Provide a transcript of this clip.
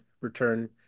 return